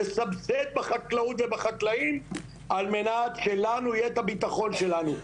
לסבסד בחקלאות ובחקלאים על מנת שלנו יהיה את הבטחון שלנו.